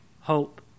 hope